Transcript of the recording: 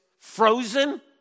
frozen